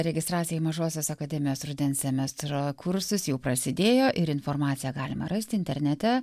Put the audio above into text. registracija į mažosios akademijos rudens semestro kursus jau prasidėjo ir informaciją galima rasti internete